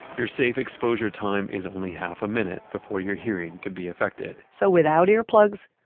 your safe exposure time is only half a minute before your hearing can be affected so without earplugs,